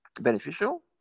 beneficial